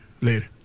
later